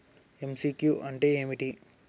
MCQ అంటే ఏమిటి?